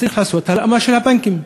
צריך לעשות הלאמה של הבנקים,